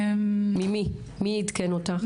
מי עדכן אותך?